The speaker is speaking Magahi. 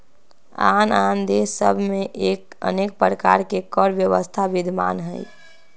आन आन देश सभ में अनेक प्रकार के कर व्यवस्था विद्यमान हइ